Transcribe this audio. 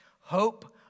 hope